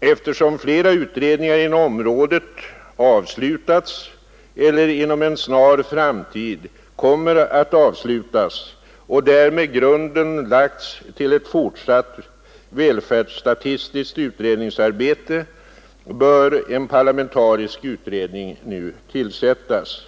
”Eftersom flera utredningar inom området avslutats eller inom en snar framtid kommer att avslutas och därmed grunden lagts till ett fortsatt välfärdsstatistiskt utredningsarbete bör en parlamentarisk utredning nu tillsättas.